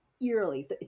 Eerily